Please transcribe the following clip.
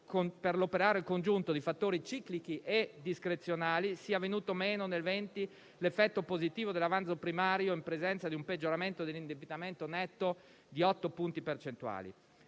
per l'operare congiunto di fattori ciclici e discrezionali, sia venuto meno nel 2020 l'effetto positivo dell'avanzo primario in presenza di un peggioramento dell'indebitamento netto di otto punti percentuali.